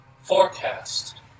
Forecast